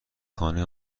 خارجه